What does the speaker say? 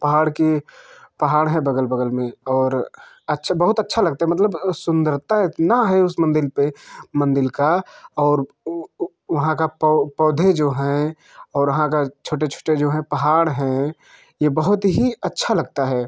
पहाड़ के पहाड़ है बगल बगल में और अच्छा बहुत अच्छा लगता है मतलब सुंदरता इतना है उस मंदिर पर मंदिर का और वहाँ का पौ पौधे जो है और वहाँ का छोटे छोटे जो है पहाड़ है यह बहुत ही अच्छा लगता है